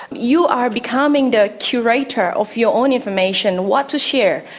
you are becoming the curator of your own information what to share,